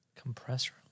Compressor